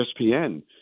ESPN